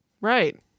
right